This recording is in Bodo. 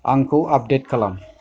आंखौ आपदेट खालाम